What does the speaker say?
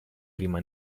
prima